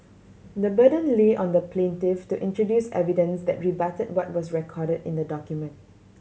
the burden lay on the plaintiff to introduce evidence that rebutted what was recorded in the document